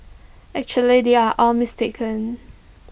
actually they are all mistaken